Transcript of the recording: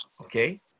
Okay